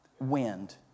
wind